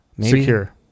secure